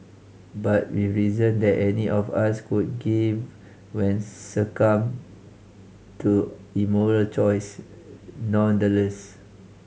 but with reason that any of us could give when succumbed to immoral choice nonetheless